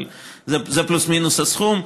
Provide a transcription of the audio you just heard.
אבל זה פלוס-מינוס הסכום,